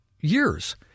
years